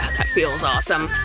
that feels awesome.